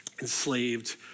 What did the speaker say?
enslaved